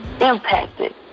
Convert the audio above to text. impacted